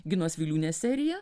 ginos viliūnės seriją